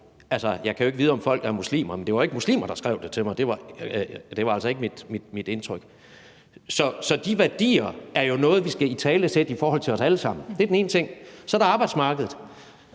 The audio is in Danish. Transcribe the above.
nu kan jeg jo ikke vide, om folk er muslimer, men det var ikke muslimer, der skrev det til mig – det var altså ikke mit indtryk. Så de værdier er jo noget, vi skal italesætte i forhold til os alle sammen. Det er den ene ting. Så er der arbejdsmarkedet.